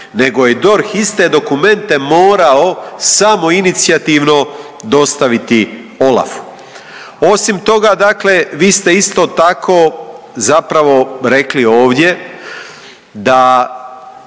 nego je DORH iste dokumente morao samoinicijativno dostaviti OLAF-u. Osim toga dakle vi ste isto tako zapravo rekli ovdje da